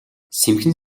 сэмхэн